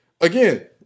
again